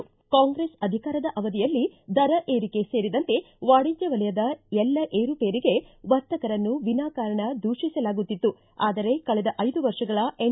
ಕಾಂಗ್ರೆಸ್ ಅಧಿಕಾರಾವಧಿಯಲ್ಲಿ ದರ ಏರಿಕೆ ಸೇರಿದಂತೆ ವಾಣಿಜ್ಯ ವಲಯದ ಎಲ್ಲ ಏರುಪೇರಿಗೆ ವರ್ತಕರನ್ನು ವಿನಾಕಾರಣ ದೂಷಿಸಲಾಗುತ್ತಿತ್ತು ಆದರೆ ಕಳೆದ ಐದು ವರ್ಷಗಳ ಎನ್